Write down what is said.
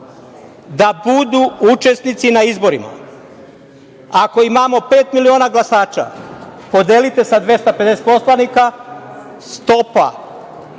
da budu učesnici na izborima. Ako imamo pet miliona glasača, podelite sa 250 poslanika, stopa